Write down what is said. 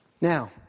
Now